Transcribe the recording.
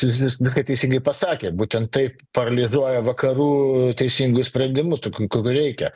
nes jis viską teisingai pasakė būtent taip paralyžuoja vakarų teisingus sprendimus tokių kokių reikia